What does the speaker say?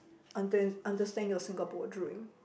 under~ understand your Singapore dream